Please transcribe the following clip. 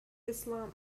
islam